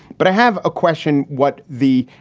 but i have a question. what the,